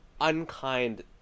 unkind